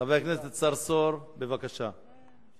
חבר הכנסת צרצור, בבקשה.